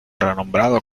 renombrado